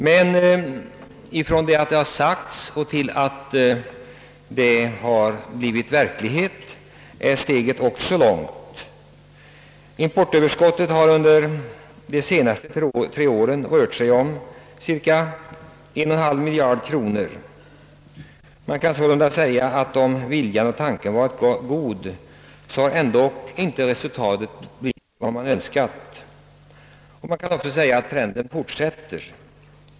Men från att det har sagts och till att det har blivit verklighet är steget långt. Importöverskottet har under vart och ett av de senaste tre åren uppgått till cirka 1!/2 miljard kronor. Man kan sålunda säga att om också viljan och tanken varit god, så har resultatet ändå inte blivit vad man önskat. Man konstaterar också att denna trend fortsätter.